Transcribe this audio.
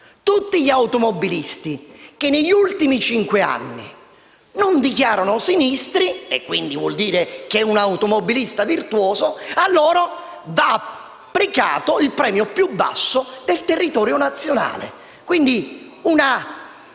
tutti gli automobilisti che negli ultimi cinque anni non dichiarano sinistri - e ciò vuol dire che sono automobilisti virtuosi - va applicato il premio più basso del territorio nazionale. In tal